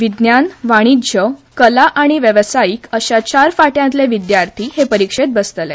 विज्ञान वाणिज्य कला आनी वेवसायीक अशा चार फांट्यांतले विद्यार्थी हे परिक्षेंत बसतले